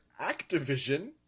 Activision